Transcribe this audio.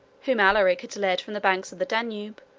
whom alaric had led from the banks of the danube,